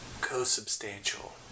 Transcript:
co-substantial